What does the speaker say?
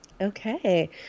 Okay